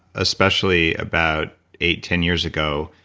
especially about eight, ten years ago,